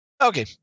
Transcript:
Okay